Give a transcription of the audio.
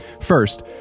First